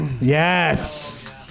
Yes